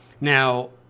Now